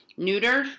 neutered